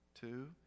two